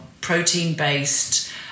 protein-based